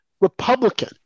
Republican